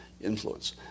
influence